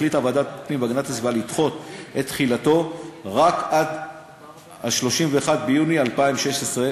החליטה ועדת הפנים והגנת הסביבה לדחות את תחילתו רק עד 31 ביולי 2016,